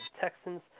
Texans